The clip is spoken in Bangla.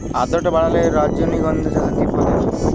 আদ্রর্তা বাড়লে রজনীগন্ধা চাষে কি ক্ষতি হয়?